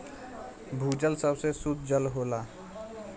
भूजल सबसे सुद्ध जल होला